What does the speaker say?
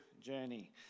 journey